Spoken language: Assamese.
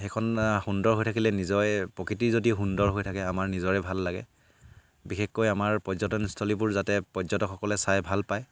সেইখন সুন্দৰ হৈ থাকিলে নিজৰে প্ৰকৃতি যদি সুন্দৰ হৈ থাকে আমাৰ নিজৰে ভাল লাগে বিশেষকৈ আমাৰ পৰ্যটনস্থলীবোৰ যাতে পৰ্যটকসকলে চাই ভাল পায়